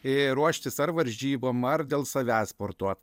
ir ruoštis ar varžybom ar dėl savęs sportuot